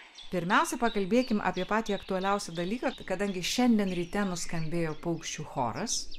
pirmiausia pakalbėkim apie patį aktualiausią dalyką kadangi šiandien ryte nuskambėjo paukščių choras